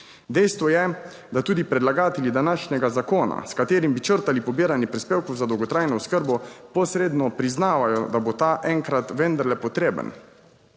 Dejstvo je, da tudi predlagatelji današnjega zakona, s katerim bi črtali pobiranje prispevkov za dolgotrajno oskrbo, posredno priznavajo, da bo ta enkrat vendarle potreben.